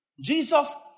Jesus